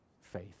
Faith